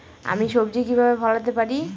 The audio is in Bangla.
আমি সবজি কিভাবে ফলাতে পারি?